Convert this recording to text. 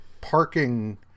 parking